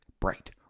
bright